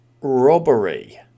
robbery